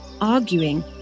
arguing